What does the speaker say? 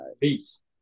Peace